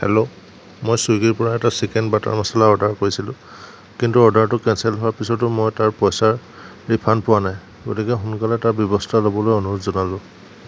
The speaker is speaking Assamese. হেল্ল' মই ছুইগীৰ পৰা এটা চিকেন বাটাৰ মচলা অৰ্ডাৰ কৰিছিলোঁ কিন্তু অৰ্ডাৰটো কেঞ্চেল হোৱাৰ পিছতো মই তাৰ পইচা ৰিফাণ্ড পোৱা নাই গতিকে সোনকালে তাৰ ব্যৱস্থা ল'বলৈ অনুৰোধ জনালোঁ